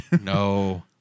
No